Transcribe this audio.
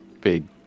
big